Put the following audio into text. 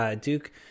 Duke